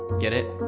get it.